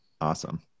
Awesome